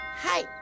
Hi